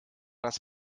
das